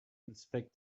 inspect